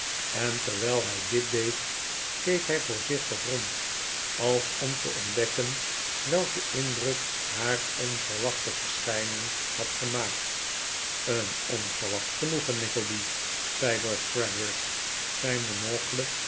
en terwijl hij dit deed keek hij voorzichtig rond als om te ontdekken welken indruk haar onverwachte verschijning had gemaakt een onverwacht genoegen nickleby zei lord frederik zijn